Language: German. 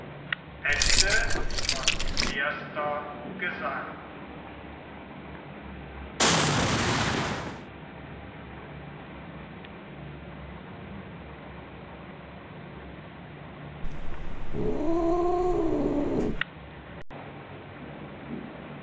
inhalt erster gesang